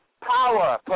power